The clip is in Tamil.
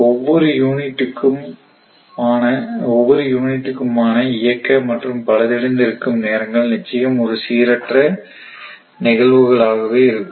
ஒவ்வொரு யூனிட்டுக்கும் ஆன இயக்க மற்றும் பழுதடைந்து இருக்கும் நேரங்கள் நிச்சயம் ஒரு சீரற்ற நிகழ்வுகளாகவே இருக்கும்